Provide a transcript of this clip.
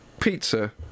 pizza